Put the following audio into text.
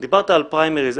דיברת על פריימריז,